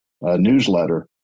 newsletter